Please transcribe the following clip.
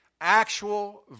actual